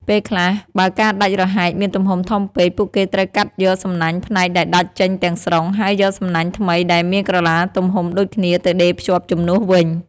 ពេលខ្លះ បើការដាច់រហែកមានទំហំធំពេក ពួកគេត្រូវកាត់យកសំណាញ់ផ្នែកដែលដាច់ចេញទាំងស្រុង ហើយយកសំណាញ់ថ្មីដែលមានក្រឡាទំហំដូចគ្នាទៅដេរភ្ជាប់ជំនួសវិញ។